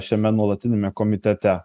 šiame nuolatiniame komitete